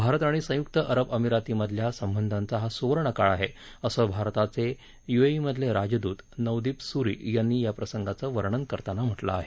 भारत आणि संयुक्त अरब अमिरातीमधल्या संबंधांचा हा सुवर्णकाळ आहे असं भारताचे युएईमधले राजदूत नवदीप सूरी यांनी या प्रसंगाचं वर्णन करताना म्हटलं आहे